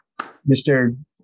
Mr